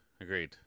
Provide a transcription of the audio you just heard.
Agreed